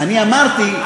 אני אמרתי,